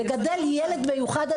לגדל ילד מיוחד,